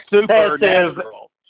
supernatural